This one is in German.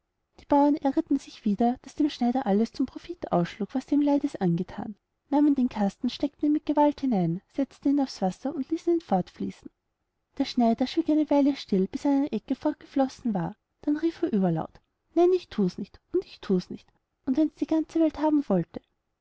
die bauern ärgerten sich wieder daß dem schneider alles zum profit ausschlug was sie ihm leides anthaten nahmen den kasten steckten ihn mit gewalt hinein setzten ihn aufs wasser und ließen ihn fortfließen der schneider schwieg eine weile still bis er eine ecke fortgeflossen war dann rief er überlaut nein ich thus nicht und ich thus nicht und wenns die ganze welt haben wollte